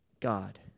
God